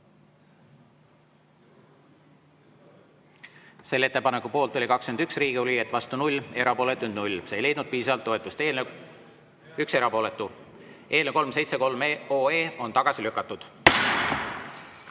Selle ettepaneku poolt oli 21 Riigikogu liiget, vastu 0, erapooletuid 0. See ei leidnud piisavalt toetust. 1 erapooletu. Eelnõu 373 on tagasi lükatud.